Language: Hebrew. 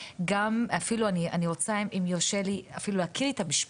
אני רוצה אפילו אם יורשה לי להקריא את המשפט,